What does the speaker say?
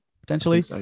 potentially